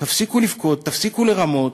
תפסיקו לבכות, תפסיקו לרמות,